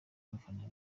abafana